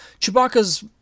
Chewbacca's